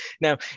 Now